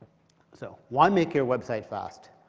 so, why make your website fast?